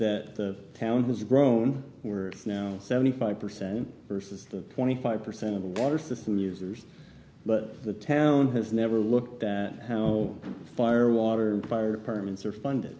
that the town has grown we're now seventy five percent versus twenty five percent of the water system users but the town has never looked at how fire water fire departments are funded